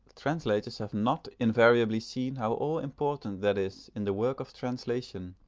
translators have not invariably seen how all-important that is in the work of translation,